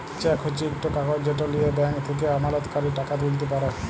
cheque হছে ইকট কাগজ যেট লিঁয়ে ব্যাংক থ্যাকে আমলাতকারী টাকা তুইলতে পারে